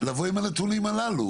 לבוא עם הנתונים הללו?